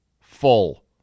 full